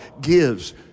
gives